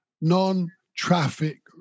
non-traffic